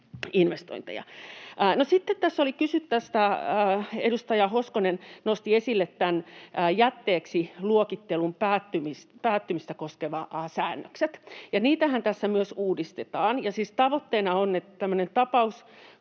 sitten tässä edustaja Hoskonen nosti esille jätteeksi luokittelun päättymistä koskevat säännökset. Niitähän tässä myös uudistetaan. Siis tavoitteena on tämmöisen